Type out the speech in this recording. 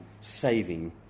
saving